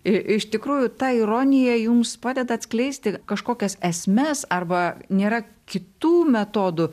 iš tikrųjų ta ironija jums padeda atskleisti kažkokias esmes arba nėra kitų metodų